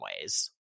ways